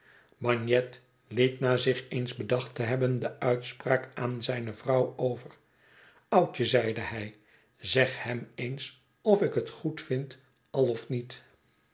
bagnet liet na zich eens bedacht te hebben de uitspraak aan zijne vrouw over oudje zeide hij zeg hem eens of ik het goedvind al of niet